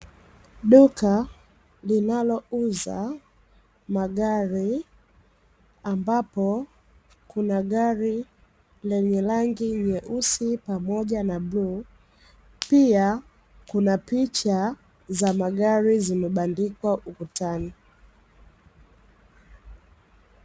Duka linalouza magari, ambapo kuna gari lenye rangi nyeusi pamoja na bluu, pia kuna picha za magari zimebandikwa ukutani.